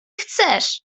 chcesz